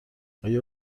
آیا